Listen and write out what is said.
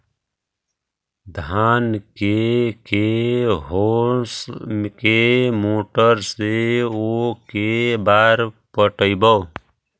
धान के के होंस के मोटर से औ के बार पटइबै?